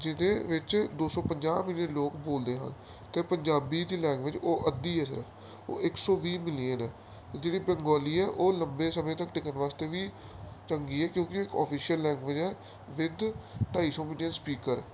ਜਿਹਦੇ ਵਿੱਚ ਦੋ ਸੌ ਪੰਜਾਹ ਮਿਲੀਅਨ ਲੋਕ ਬੋਲਦੇ ਹਨ ਅਤੇ ਪੰਜਾਬੀ ਦੀ ਲੈਂਗੁਏਜ ਉਹ ਅੱਧੀ ਹੈ ਸਿਰਫ ਉਹ ਇਕ ਸੌ ਵੀਹ ਮਿਲੀਅਨ ਹੈ ਅਤੇ ਜਿਹੜੀ ਬੰਗਾਲੀ ਹੈ ਉਹ ਲੰਬੇ ਸਮੇਂ ਤੱਕ ਟਿਕਣ ਵਾਸਤੇ ਵੀ ਚੰਗੀ ਹੈ ਕਿਉਂਕਿ ਇਹ ਓਫੀਸ਼ੀਅਲ ਲੈਂਗੁਏਜ ਹੈ ਵਿਦ ਢਾਈ ਸੌ ਮਿਲੀਅਨ ਸਪੀਕਰ